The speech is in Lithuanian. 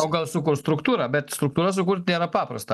o gal sukurs struktūrą bet struktūrą sukurt nėra paprasta